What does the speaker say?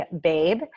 Babe